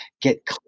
get